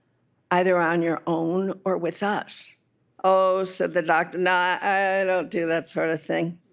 either on your own, or with us oh said the doctor. nah, i don't do that sort of thing